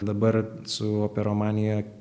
dabar su operomanija